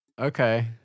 Okay